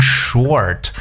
short